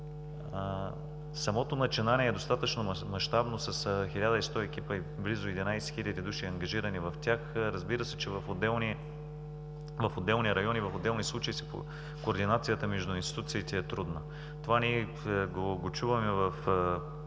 Самото начинание е достатъчно мащабно – с 110 екипа и близо 11 хил. души, ангажирани в тях. Разбира се, че в отделни райони, в отделни случаи координацията между институциите е трудна. Това го чуваме,